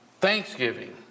Thanksgiving